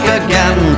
again